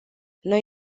noi